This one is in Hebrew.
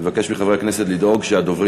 אני מבקש מחברי הכנסת לדאוג שהדוברים